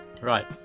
Right